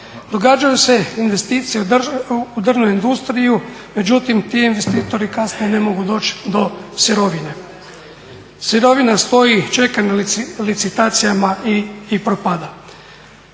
Događaju se investicije u drvnoj industriji, međutim ti investitori kasnije ne mogu doći do sirovine. Sirovina stoji, čeka na licitacijama i propada.